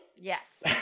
Yes